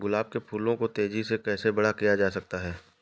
गुलाब के फूलों को तेजी से कैसे बड़ा किया जा सकता है?